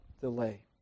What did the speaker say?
delay